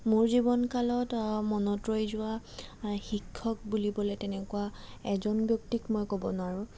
মোৰ জীৱনকালত মনত ৰৈ যোৱা শিক্ষক বুলিবলৈ তেনেকুৱা এজন ব্যক্তিক মই ক'ব নোৱাৰোঁ